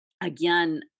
again